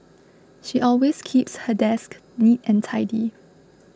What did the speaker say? she always keeps her desk neat and tidy